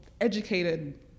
educated